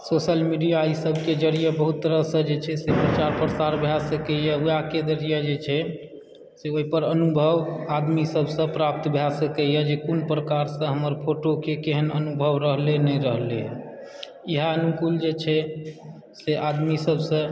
social media ई सबके जरिये बहुत तरहसऽ जे छै से प्रचार प्रसार भए सकैए वैहके जरिये जे छै से ओइपर अनुभव आदमी सबसऽ प्राप्त भए सकैए जे कोन प्रकारसऽ हमर फोटो के केहन अनुभव रहलै नै रहलैए हें इएहा अनुकूल जे छै से आदमी सबसऽ